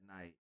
night